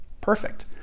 perfect